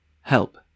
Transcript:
help